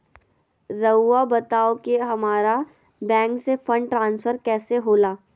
राउआ बताओ कि हामारा बैंक से फंड ट्रांसफर कैसे होला?